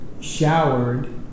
showered